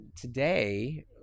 today